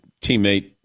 teammate